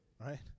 right